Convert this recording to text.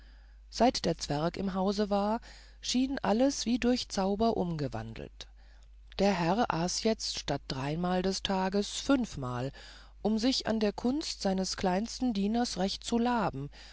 seit der zwerg im hause war schien alles wie durch zauber umgewandelt der herr aß jetzt statt dreimal des tages fünfmal um sich an der kunst seines kleinsten dieners recht zu laben